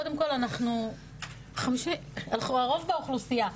קודם כל אנחנו רוב האוכלוסייה,